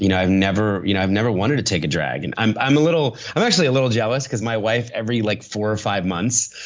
you know i've never you know i've never wanted to take a drag. and i'm i'm a little. i'm actually a little jealous because my wife, every like four or five months,